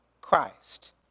Christ